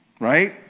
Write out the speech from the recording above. right